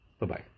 Bye-bye